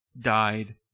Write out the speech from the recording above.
died